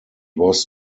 was